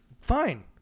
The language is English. fine